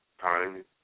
time